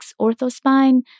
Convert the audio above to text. Orthospine